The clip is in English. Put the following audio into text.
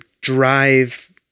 drive